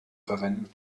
verwenden